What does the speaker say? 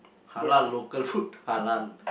halal local food halal